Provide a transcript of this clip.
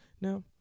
now